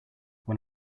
when